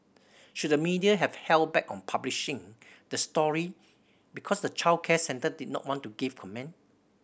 should the media have held back on publishing the story because the childcare centre did not want to give comment